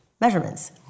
measurements